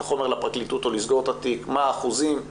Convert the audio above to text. החומר לפרקליטות או לסגור את התיק ומה האחוזים.